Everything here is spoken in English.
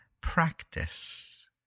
practice